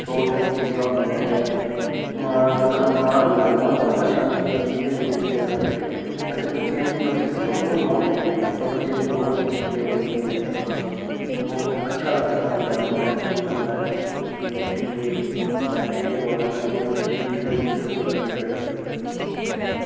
सौ चीज़ां होंदियां न मां नूं बी पता होंदा नी कि परेशानी किस चीज़ नूं होंदी ऐ बच्चे नूं अस बच्चे बी छोटे आह्ले न बच्चें दी बहुत अच्छी केयर होंदी ऐ इंजेक्शन नाल बहुत अच्छा लगदा ऐ में अपने आप नूं महसूस होंदा ऐ ते फिर टीके म्हाराज दिक्खेआ